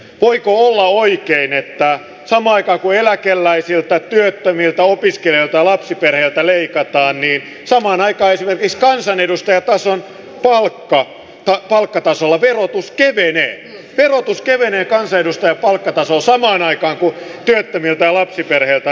voiko olla oikein että samaan aikaan kun eläkeläisiltä työttömiltä opiskelijoilta ja lapsiperheiltä leikataan esimerkiksi kansanedustajatason palkkatasolla verotus kevenee eli verotus kevenee kansanedustajan palkkatasolla samaan aikaan kun työttömiltä ja lapsiperheiltä leikataan